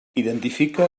identifica